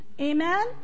Amen